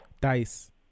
dice